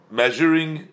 measuring